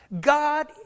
God